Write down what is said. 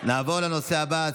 נעבור לנושא הבא,